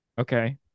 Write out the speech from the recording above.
okay